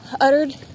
uttered